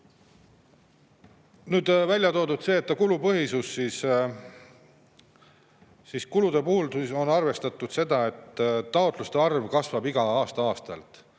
Nüüd on välja toodud see, et on kulupõhisus. Kulude puhul on arvestatud seda, et taotluste arv kasvab aasta-aastalt.